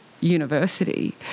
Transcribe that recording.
university